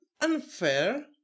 unfair